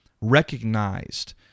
recognized